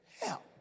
help